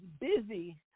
busy